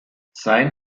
sein